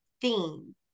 theme